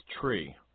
tree